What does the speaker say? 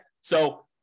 So-